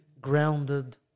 grounded